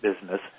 business